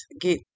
get